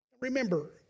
Remember